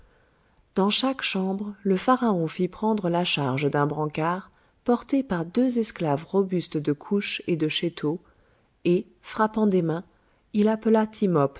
dans chaque chambre le pharaon fit prendre la charge d'un brancard porté par deux esclaves robustes de kousch et de schéto et frappant des mains il appela